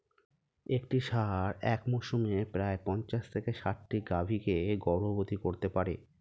একটি ষাঁড় এক মরসুমে প্রায় পঞ্চাশ থেকে ষাটটি গাভী কে গর্ভবতী করতে পারে